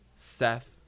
Seth